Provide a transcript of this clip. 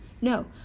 No